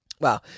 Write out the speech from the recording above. Wow